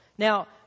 Now